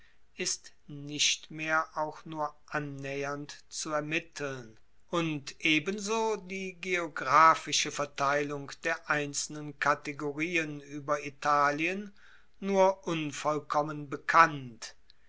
ist nicht mehr auch nur annaehernd zu ermitteln und ebenso die geographische verteilung der einzelnen kategorien ueber italien nur unvollkommen bekannt